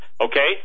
Okay